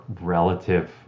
relative